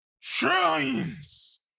trillions